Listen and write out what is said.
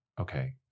okay